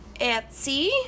etsy